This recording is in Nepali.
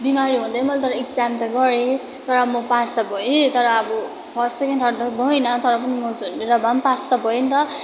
बिमारी हुँदै मैले तर एक्जाम त गरेँ तर अब म पास त भए तर अब फर्स्ट सेकेन्ड थर्ड त भइनँ तर पनि म झुन्डेर भए पनि पास त भए नि त